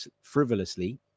frivolously